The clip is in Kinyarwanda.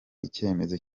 icyemezo